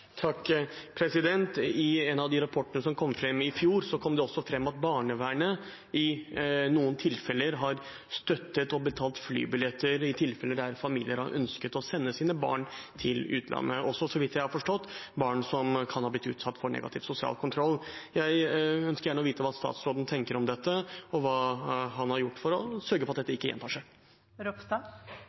noen tilfeller har støttet og betalt flybilletter i tilfeller der familier har ønsket å sende sine barn til utlandet, også – så vidt jeg har forstått – barn som kan ha blitt utsatt for negativ sosial kontroll. Jeg ønsker gjerne å vite hva statsråden tenker om dette, og hva han har gjort for å sørge for at dette ikke